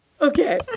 okay